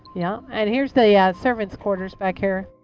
yeah. and here's the yeah servants' quarters back here